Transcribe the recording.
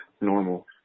normal